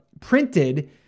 printed